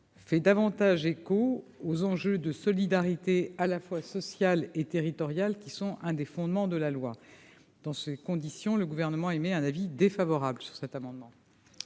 fait davantage écho aux enjeux de solidarité à la fois sociale et territoriale, qui sont un des fondements du projet de loi. Dans ces conditions, le Gouvernement émet un avis défavorable. Je mets